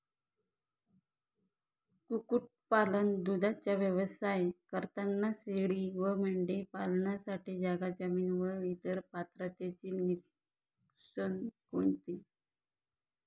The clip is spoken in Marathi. कुक्कुटपालन, दूधाचा व्यवसाय करताना शेळी व मेंढी पालनासाठी जागा, जमीन व इतर पात्रतेचे निकष कोणते?